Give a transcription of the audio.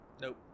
Nope